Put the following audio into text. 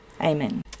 Amen